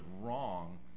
wrong